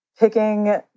Picking